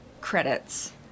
credits